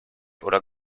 oder